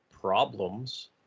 problems